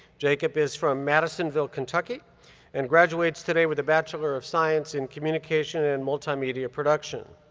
jacob is from madisonville, kentucky and graduates today with a bachelor of science in communication and multimedia production.